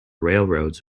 railroads